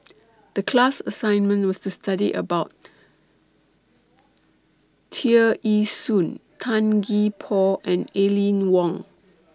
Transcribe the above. The class assignment was to study about Tear Ee Soon Tan Gee Paw and Aline Wong